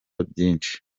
byinshi